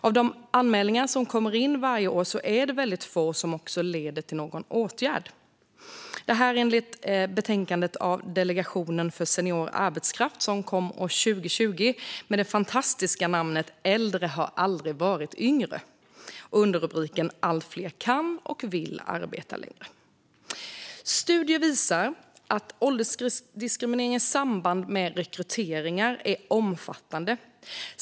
Av de anmälningar som kommer in varje år leder få till någon åtgärd. Det kan vi läsa i Delegationen för senior arbetskrafts betänkande, som kom år 2020 och har det fantastiska namnet Äldre har aldrig varit yngre och underrubriken - allt fler kan och vill arbeta längre . Studier visar att åldersdiskriminering i samband med rekryteringar är omfattande.